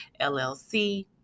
LLC